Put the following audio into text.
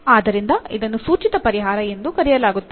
ಆದ್ದರಿಂದ ಇದನ್ನು ಸೂಚಿತ ಪರಿಹಾರ ಎಂದು ಕರೆಯಲಾಗುತ್ತದೆ